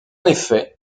effet